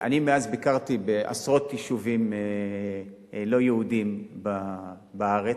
אני מאז ביקרתי בעשרות יישובים לא-יהודיים בארץ.